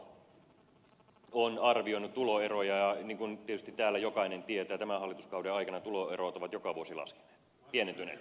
valtiovarainministeriön kansantalousosasto on arvioinut tuloeroja ja niin kuin tietysti täällä jokainen tietää tämän hallituskauden aikana tuloerot ovat joka vuosi pienentyneet